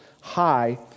High